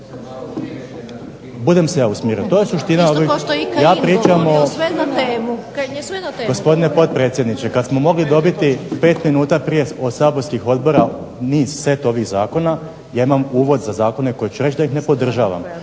Budem se ja usmjerio. To je suština. Ja pričam o. …/Upadica se ne razumije./… Gospodine potpredsjedniče, kad smo mogli dobiti 5 minuta prije saborskih odbora niz set ovih zakona, ja imam uvod za zakone koje ću reći da ih ne podržavam,